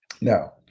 Now